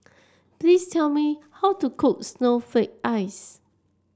please tell me how to cook Snowflake Ice